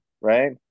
right